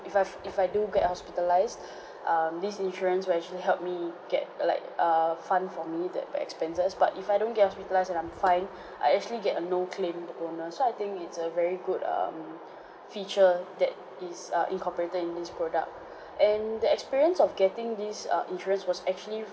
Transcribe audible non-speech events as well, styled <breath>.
if I f~ if I do get hospitalised <breath> um this insurance will actually help me get like err fund for me that the expenses but if I don't get hospitalised and I'm fine <breath> I actually get a no claimed owner so I think it's a very good um <breath> feature that is uh incorporated in this product <breath> and the experience of getting these uh insurance was actually